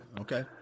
Okay